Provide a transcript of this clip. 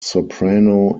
soprano